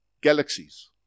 galaxies